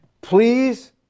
Please